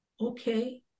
okay